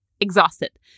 exhausted